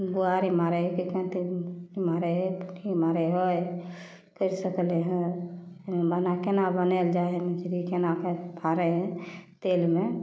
बुआरी मारै हइ कि काँटी मारै हइ पोठी मारै हइ कैर सकलै हँ ओहिमे केना बनायल जाइ हइ मछरी केनाके फारै हइ तेलमे